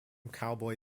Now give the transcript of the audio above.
cowboy